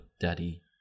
Daddy